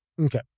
Okay